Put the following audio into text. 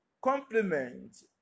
complement